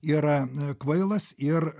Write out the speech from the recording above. yra kvailas ir